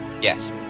Yes